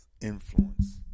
influence